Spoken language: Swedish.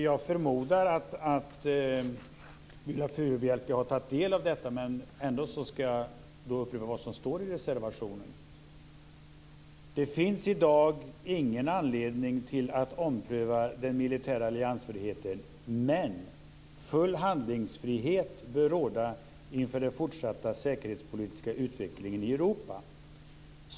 Jag förmodar att Viola Furubjelke har tagit del av dem, men jag skall ändå upprepa vad som står i reservationen: "Det finns i dag ingen anledning till att ompröva den militära alliansfriheten, men full handlingsfrihet bör råda inför den fortsatta säkerhetspolitiska utvecklingen i Europa.